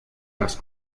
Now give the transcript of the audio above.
las